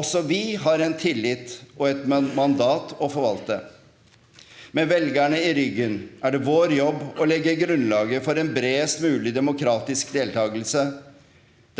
Også vi har en tillit og et mandat å forvalte. Med velgerne i ryggen er det vår jobb å legge grunnlaget for en bredest mulig demokratisk deltakelse